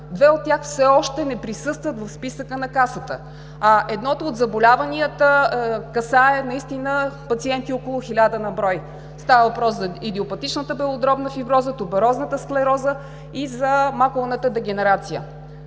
Две от тях все още не присъстват в списъка на Касата. Едното от заболяванията касае наистина около хиляда на брой пациенти. Става въпрос за идиопатичната белодробна фиброза, туберозната склероза и за макулната дегенерация.